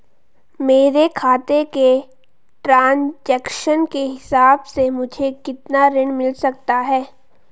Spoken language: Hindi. मेरे खाते के ट्रान्ज़ैक्शन के हिसाब से मुझे कितना ऋण मिल सकता है?